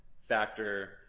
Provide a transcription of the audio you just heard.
factor